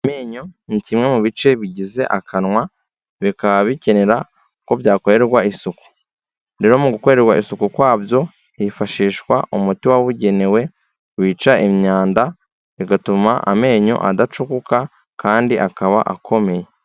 Amenyo ni kimwe mu bice bigize akanwa bikaba bikenera ko byakorerwa isuku, rero mu gukorerwa isuku kwabyo hifashishwa umuti wabugenewe wica imyanda bigatuma amenyo adacukuka kandi akaba akomeye.